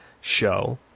show